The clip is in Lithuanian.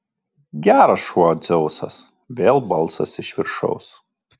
geras šuo dzeusas vėl balsas iš viršaus